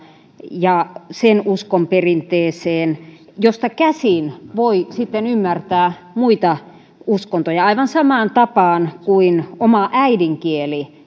ja sen uskon perinteeseen josta käsin voi sitten ymmärtää muita uskontoja aivan samaan tapaan kuin oma äidinkieli